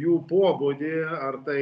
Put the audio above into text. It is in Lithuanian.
jų pobūdį ar tai